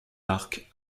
d’arc